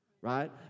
Right